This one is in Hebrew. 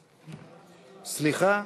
סליחה,